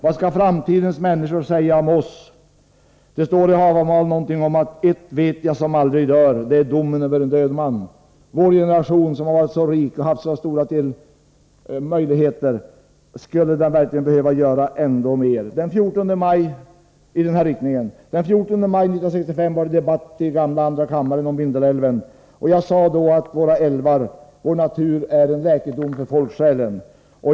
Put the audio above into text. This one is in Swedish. Vad skall framtidens människor säga om oss? Det står i Havamal att ”ett vet jag, som aldrig dör: domen över död man”. Vår generation, som har varit så rik och har haft så stora möjligheter — skulle den verkligen behöva göra ännu mer i fråga om utbyggnad av älvar? Den 14 maj 1965 var det debatt i den gamla andra kammaren om Vindelälven. Jag sade då att våra älvar och vår natur är en läkedom för folksjälen.